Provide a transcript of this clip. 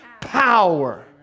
power